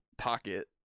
pocket